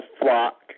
flock